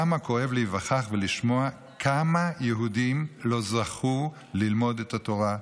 כמה כואב להיווכח ולשמוע כמה יהודים לא זכו ללמוד את התורה,